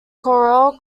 carroll